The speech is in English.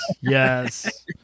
Yes